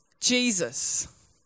Jesus